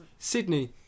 Sydney